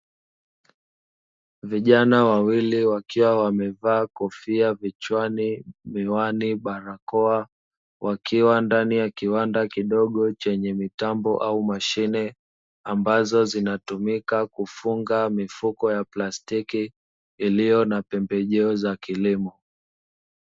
Vijana wawili wakiwa wamevaa kofia vichwani, miwani, barakoa wakiwa ndaini ya kiwanda kidogo chenye mitambo au mashine ambazo zinatumika kufunga mifuko ya plastiki iliyo na pembejeo za kilimo.